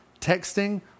texting